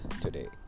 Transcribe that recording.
today